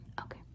Okay